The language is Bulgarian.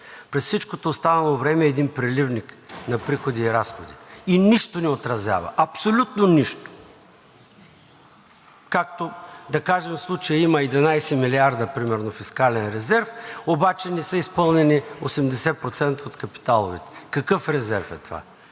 През всичкото останало време е един преливник на приходи и разходи и нищо не отразява – абсолютно нищо. Както да кажем, че в случая има 11 милиарда примерно фискален резерв, обаче не са изпълнени 80% от капиталовите. Какъв резерв е това?